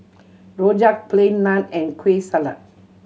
rojak Plain Naan and Kueh Salat